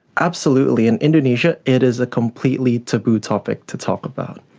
absolutely. in indonesia it is a completely taboo topic to talk about.